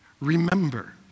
remember